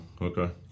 okay